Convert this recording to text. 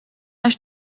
همش